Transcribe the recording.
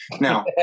Now